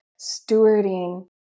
stewarding